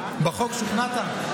בחוק שוכנעת?